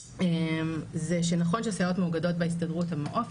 זה שנכון שסייעות מאוגדות בהסתדרות המעו"ף,